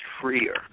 freer